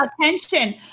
Attention